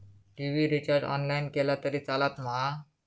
TV recharge online केला तरी चलात मा?